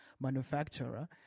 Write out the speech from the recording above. manufacturer